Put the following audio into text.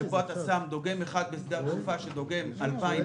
כאשר אתה שם דוגם אחד בשדה התעופה שדוגם 2,000